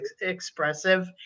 expressive